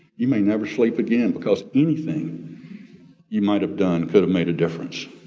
you may never sleep again because anything you might have done could have made a difference.